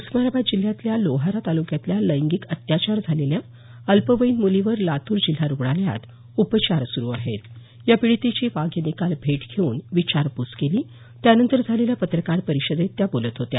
उस्मानाबाद जिल्ह्यातल्या लोहारा तालुक्यातल्या लैंगिक अत्याचार झालेल्या अल्पवयीन मुलीवर लातूर जिल्हा रुग्णालयात उपचार सुरू आहेत या पीडितेची वाघ यांनी काल भेट घेऊन विचारपूस केली त्यानंतर झालेल्या पत्रकार परिषदेत त्या बोलत होत्या